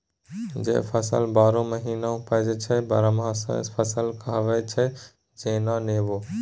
जे फसल बारहो महीना उपजै छै बरहमासा फसल कहाबै छै जेना नेबो